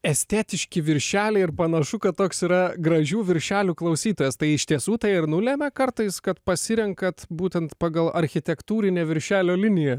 estetiški viršeliai ir panašu kad toks yra gražių viršelių klausytojas tai iš tiesų tai ir nulemia kartais kad pasirenkat būtent pagal architektūrinę viršelio liniją